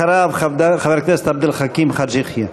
אחריו, חבר הכנסת עבד אל חכים חאג' יחיא.